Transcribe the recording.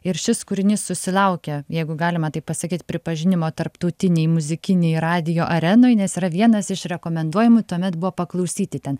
ir šis kūrinys susilaukė jeigu galima taip pasakyt pripažinimo tarptautinėj muzikinėj radijo arenoj nes yra vienas iš rekomenduojamų tuomet buvo paklausyti ten